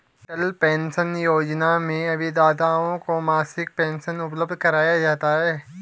अटल pension Yojana में अभिदाताओं को मासिक पेंशन उपलब्ध कराया जाता है